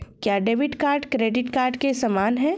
क्या debit card credit card के समान है?